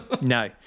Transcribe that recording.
no